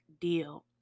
deal